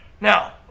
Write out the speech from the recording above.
Now